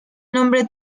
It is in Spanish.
nombre